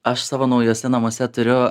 aš savo naujuose namuose turiu